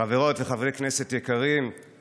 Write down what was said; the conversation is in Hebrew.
חברות וחברי כנסת יקרים,